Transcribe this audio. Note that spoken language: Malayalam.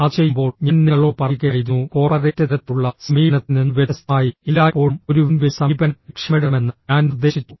അത് ചെയ്യുമ്പോൾ ഞാൻ നിങ്ങളോട് പറയുകയായിരുന്നു കോർപ്പറേറ്റ് തരത്തിലുള്ള സമീപനത്തിൽ നിന്ന് വ്യത്യസ്തമായി എല്ലായ്പ്പോഴും ഒരു വിൻ വിൻ സമീപനം ലക്ഷ്യമിടണമെന്ന് ഞാൻ നിർദ്ദേശിച്ചു